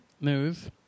news